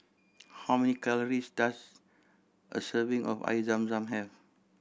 how many calories does a serving of Air Zam Zam have